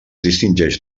distingeix